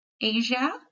Asia